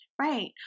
Right